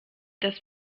das